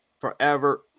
forever